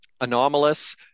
anomalous